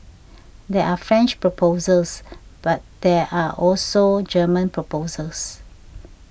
there are French proposals but there are also German proposals